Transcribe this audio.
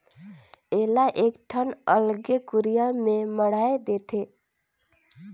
एला एकठन अलगे कुरिया में मढ़ाए देथे